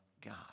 God